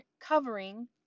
covering